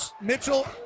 Mitchell